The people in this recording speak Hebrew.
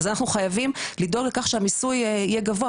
אז אנחנו חייבים לדאוג לכך שהמיסוי יהיה גבוה.